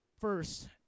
first